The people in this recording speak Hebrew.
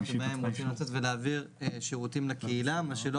אני רוצה לענות לקופה.